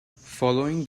following